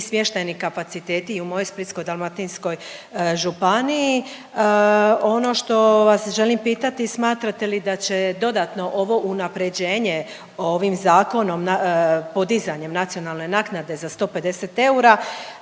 smještajni kapaciteti i u mojoj Splitsko-dalmatinskoj županiji. Ono što vas želim pitati, smatrate li da će dodatno ovo unapređenje ovim zakonom podizanjem nacionalne naknade za 150 eura,